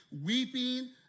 weeping